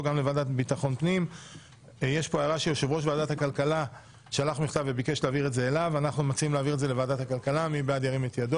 לוועדה פה אחד ההצעה להעביר את הצעת